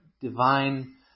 divine